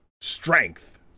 strength